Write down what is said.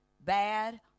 bad